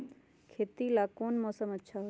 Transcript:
खेती ला कौन मौसम अच्छा होई?